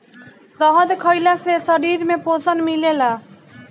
शहद खइला से शरीर में पोषण मिलेला